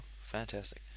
Fantastic